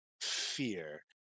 fear